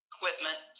equipment